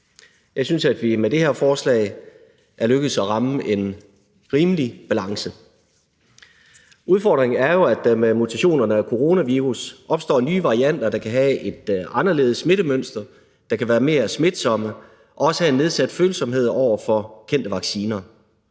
Jeg synes, at vi med det her forslag er lykkedes med at ramme en rimelig balance. Udfordringen er jo, at der med mutationerne af coronavirus opstår nye varianter, der kan have et anderledes smittemønster, der kan være mere smitsomme, og som også kan have en nedsat følsomhed over for kendte vacciner.